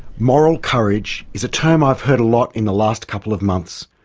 moral courage is a term i have heard a lot in the last couple of months,